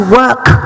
work